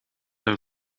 een